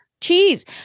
Cheese